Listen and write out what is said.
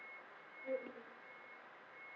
oh okay